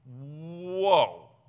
Whoa